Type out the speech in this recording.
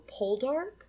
Poldark